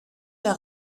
der